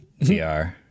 VR